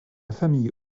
famille